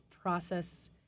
process